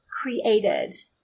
created